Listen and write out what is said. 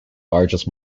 largest